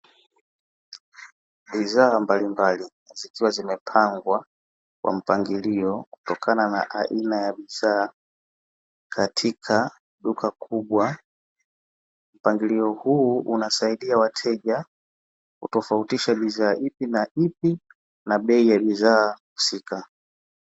Bidhaa mbalimbali, zikiwa zimepangwa kwa mpangilio kutokana na aina ya bidhaa katika duka kubwa. Mpangilio huu unasaidia wateja kutofautisha bidhaa ipi na ipi na bei ya bidhaa husika.